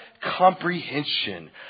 comprehension